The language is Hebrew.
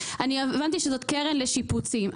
אני הבנתי שזאת קרן לשיפוצים,